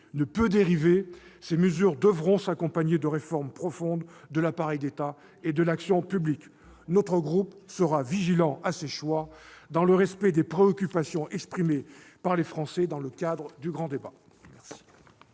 ne peut dériver, ces mesures devront s'accompagner de réformes profondes de l'appareil de l'État et de l'action publique. Depuis le temps qu'on vous le dit ! Notre groupe sera vigilant à ces choix, dans le respect des préoccupations exprimées par les Français dans le cadre du grand débat.